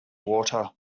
water